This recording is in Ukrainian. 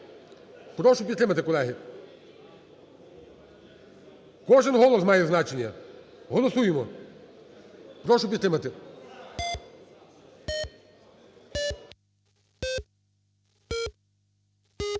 прошу підтримати, колеги. Кожен голос має значення, голосуємо. Прошу підтримати.